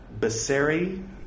Baseri